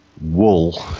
wool